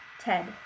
Ted